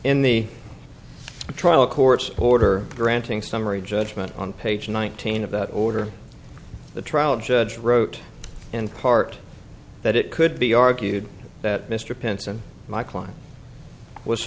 in the trial court's order granting summary judgment on page nineteen of the order the trial judge wrote in part that it could be argued that mr pence and my client was